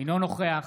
אינו נוכח